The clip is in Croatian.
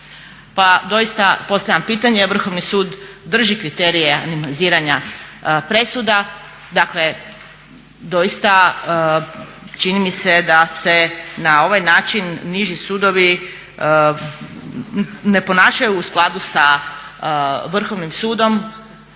Pa doista postavljam pitanje, Vrhovni sud drži kriterije animniziranja presuda, dakle doista čini mi se da se na ovaj način niži sudovi ne ponašaju u skladu sa Vrhovnim sudom